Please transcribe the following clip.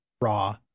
raw